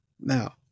now